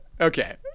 Okay